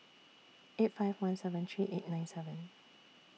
eight five one seven three eight nine seven